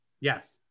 Yes